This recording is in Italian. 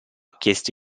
chiesto